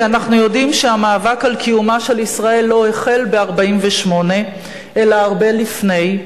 כי אנחנו יודעים שהמאבק של קיומה של ישראל לא החל ב-1948 אלא הרבה לפני,